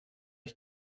ich